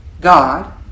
God